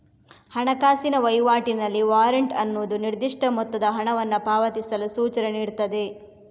ಹಣಕಾಸಿನ ವೈವಾಟಿನಲ್ಲಿ ವಾರೆಂಟ್ ಅನ್ನುದು ನಿರ್ದಿಷ್ಟ ಮೊತ್ತದ ಹಣವನ್ನ ಪಾವತಿಸಲು ಸೂಚನೆ ನೀಡ್ತದೆ